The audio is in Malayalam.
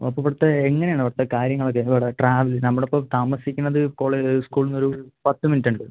ഓ അപ്പം ഇവിടുത്തെ എങ്ങനെ ആണ് ഇവിടുത്തെ കാര്യങ്ങളൊക്കെ ഇവിടെ ട്രാവൽ നമ്മൾ ഇപ്പം താമസിക്കണത് സ്കൂള് സ്കൂളിൽ നിന്ന് ഒരു പത്ത് മിനിറ്റ് ഉണ്ട്